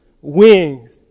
wings